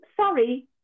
sorry